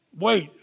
wait